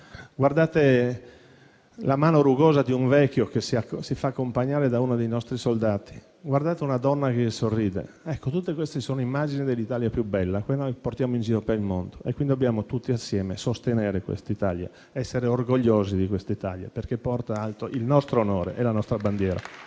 Guardate la mano rugosa di un vecchio che si fa accompagnare da uno dei nostri soldati; guardate una donna che a loro sorride. Tutte queste sono le immagini dell'Italia più bella, quella che portiamo in giro per il mondo e che dobbiamo tutti insieme sostenere. Dobbiamo essere orgogliosi di questa Italia, perché porta in alto il nostro onore e la nostra bandiera.